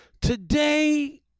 Today